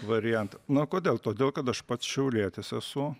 variantą na kodėl todėl kad aš pats šiaulietis esu